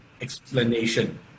explanation